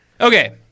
Okay